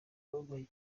abababaye